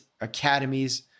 academies